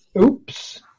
Oops